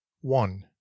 one